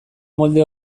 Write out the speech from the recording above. molde